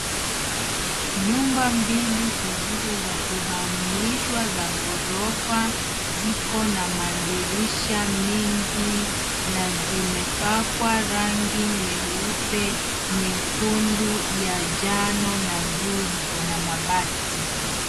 Nyumba mbili zisizo za kuhamishwa za ghorofa ziko na madirisha mengi na zimepakwa rangi nyeupe, nyekundu, ya njano na juu ziko na mabati.